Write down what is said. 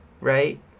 right